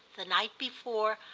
the night before,